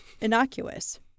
innocuous